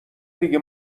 دیگه